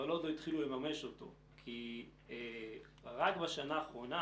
אבל עוד לא התחילו לממש אותו כי רק בשנה האחרונה